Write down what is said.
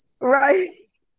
Rice